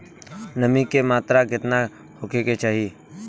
नमी के मात्रा केतना होखे के चाही?